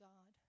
God